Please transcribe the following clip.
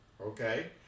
okay